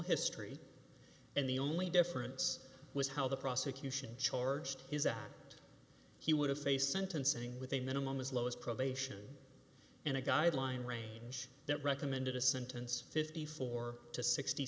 history and the only difference was how the prosecution charged his act he would have faced sentencing with a minimum as low as probation and a guideline range that recommended a sentence fifty four to sixty